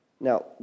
Now